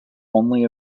only